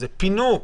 זה פינוק.